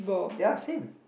ya same